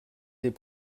des